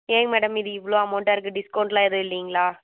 ஏங்க மேடம் இது இவ்வளோ அமௌண்ட்டாக இருக்குது டிஸ்கவுண்டெலாம் எதுவும் இல்லைங்களா